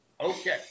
Okay